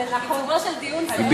אנחנו בעיצומו של דיון סוער.